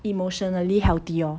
emotionally healthy lor